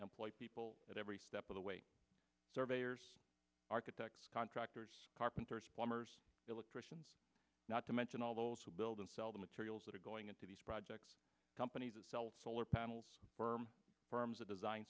employ people at every step of the way surveyors architects contractors carpenters plumbers electricians not to mention all those who build and sell the materials that are going into these projects companies that sell solar panels worm farms that design